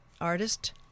artist